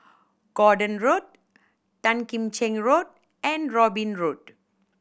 Gordon Road Tan Kim Cheng Road and Robin Road